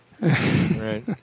Right